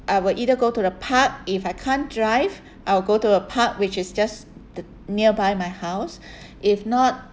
I would either go to the park if I can't drive I will go to a park which is just th~ nearby my house if not